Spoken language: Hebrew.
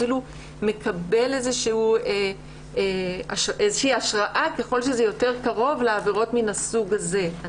אפילו מקבל איזושהי השראה ככל שזה יותר קרוב לעבירות מהסוג הזה.